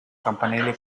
campanile